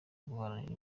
guharanira